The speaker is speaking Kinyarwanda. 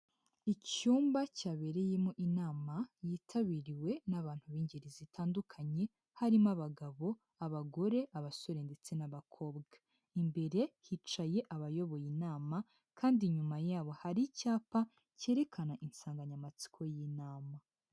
Icyumba cyabereyemo inama yitabiriwe n'abantu b'ingeri zitandukanye, harimo abagabo, abagore, abasore ndetse n'abakobwa, imbere hicaye abayoboye inama kandi inyuma yabo hari icyapa cyerekana insanganyamatsiko y'inama.